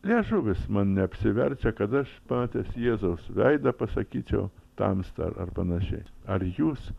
liežuvis man neapsiverčia kad aš paties jėzaus veidą pasakyčiau tamsta ar panašiai ar jūs